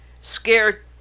Scared